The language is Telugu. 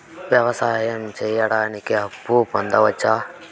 వ్యవసాయం సేయడానికి అప్పు పొందొచ్చా?